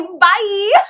bye